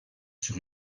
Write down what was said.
sur